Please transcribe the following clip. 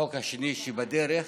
החוק השני שבדרך